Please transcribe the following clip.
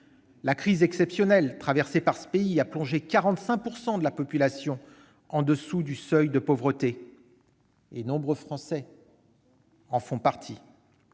La crise exceptionnelle traversée par ce pays a plongé 45 % de la population au-dessous du seuil de pauvreté, dont nombre de Français. Le 17 mars